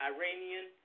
Iranian